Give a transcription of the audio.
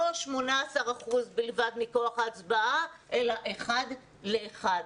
לא 18% בלבד מכוח ההצבעה, אלא אחד לאחד.